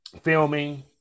filming